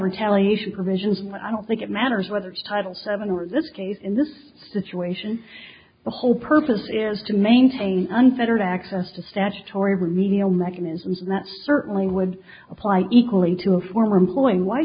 retaliation provisions but i don't think it matters whether title seven or this case in this situation the whole purpose is to maintain unfettered access to statutory remedial mechanisms that certainly would apply equally to a former employee why